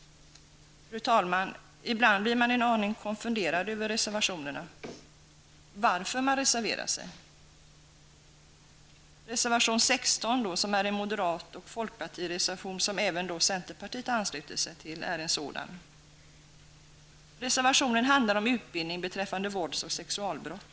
Fru talman! Ibland blir jag en aning konfunderad över reservationer -- varför man reserverar sig. Reservation 16, en moderat och folkpartireservation som även centerpartiet ansluter sig till, är en sådan. Reservationen handlar om utbildning beträffande vålds och sexualbrott.